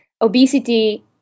obesity